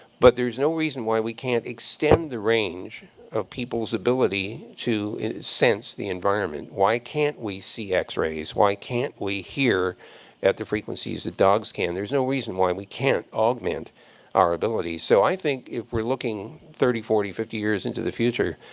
but there's no reason why we can't extend the range of people's ability to sense the environment. why can't we see x-rays? why can't we hear at the frequencies that dogs can? there's no reason why we can't augment our abilities. so i think if we're looking thirty, forty, fifty years into the future,